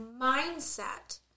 mindset